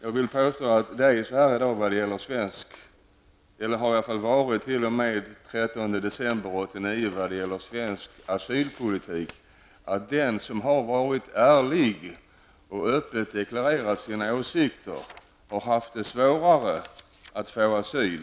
Jag vill påstå att svensk asylpolitik, i varje fall fram till december 1989, har inneburit att den som har varit ärlig och öppet har deklarerat sina åsikter har haft det svårare att få asyl